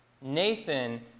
Nathan